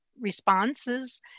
responses